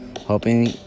hoping